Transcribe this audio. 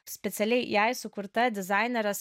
specialiai jai sukurta dizainerės